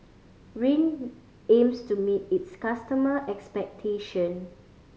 Rene aims to meet its customer expectation